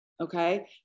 okay